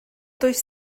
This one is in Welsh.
does